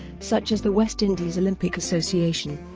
such as the west indies olympic association,